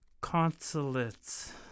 Consulates